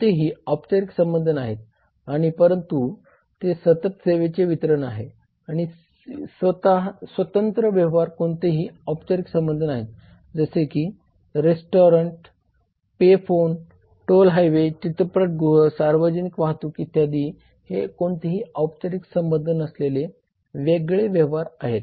कोणतेही औपचारिक संबंध नाहीत आणि परंतु ते सतत सेवेचे वितरण आहे आणि स्वतंत्र व्यवहार कोणतेही औपचारिक संबंध नाहीत जसे की restaurant pay phone toll highway चित्रपटगृह सार्वजनिक वाहतूक इत्यादी हे कोणतेही औपचारिक संबंध नसलेले वेगळे व्यवहार आहेत